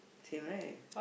same right